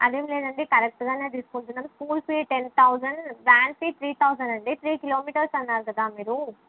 అది ఏమి లేదు అండి కరెక్ట్గానే తీసుకుంటున్నాను school fee ten thousand van fee three thousand అండి త్రీ కిలోమీటర్స్ అన్నారు కదా మీరు